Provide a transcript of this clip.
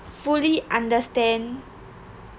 fully understand